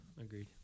agreed